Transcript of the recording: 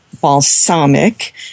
Balsamic